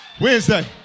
Wednesday